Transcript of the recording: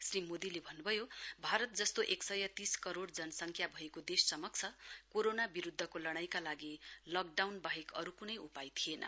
श्री मोदीले भन्नुभयो भारत जस्तो एक सय तीस करोइ जनसंख्या भएको देश समक्ष कोरोना विरुध्दको लड़ाईका लागि लकडाउन वाहेक अरु कुनै उपाय थिएन